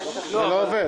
והיא לא ידעה